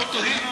אנחנו תוהים,